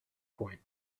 point